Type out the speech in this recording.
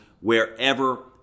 wherever